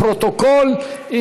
לפרוטוקול,